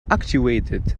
activated